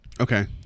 Okay